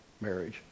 marriage